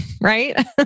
right